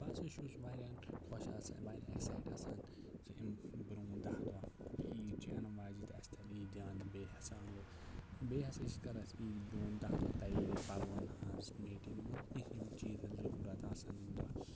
بہٕ ہَسا چھُس واریاہ خۄش آسان واریاہ ایٚکسایٹ آسان زِ اَمہِ برٛونٛہہ دَہ دۄہ تہٕ عیٖد چھِ یِنہٕ واجٮ۪ن تہٕ اَسہِ میلہِ عیٖدیان تہٕ بیٚیہِ ہَسا بہٕ بیٚیہِ ہَسا چھِ کٔر اَسہِ عیٖد برٛونٛٹھ دَہ دۄہ تیٲری پَلوَن ہٕنٛز میٖٹِنٛگ منٛز یِم یِم چیٖز ہسا چھِ ضروٗرت آسان اَمہِ دۄہ